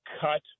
cut